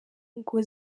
ngo